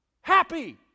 happy